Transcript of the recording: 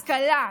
השכלה,